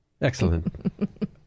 excellent